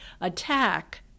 attack